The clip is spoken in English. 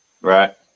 right